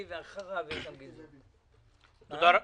למנכ"ל שמסיים את תפקידו.